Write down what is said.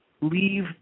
leave